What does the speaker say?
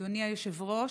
אדוני היושב-ראש,